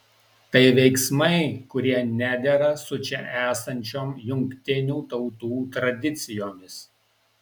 tai veiksmai kurie nedera su čia esančiom jungtinių tautų tradicijomis